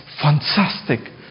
fantastic